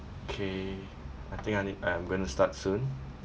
okay I think I need I'm going to start soon